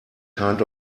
kind